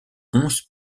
onze